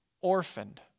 orphaned